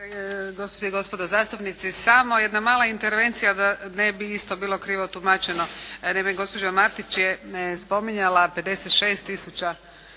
gospođe i gospodo zastupnici! Samo jedna mala intervencija da ne bi isto bilo krivo tumačeno. Naime, gospođa Martić je spominjala 56 tisuća